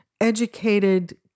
educated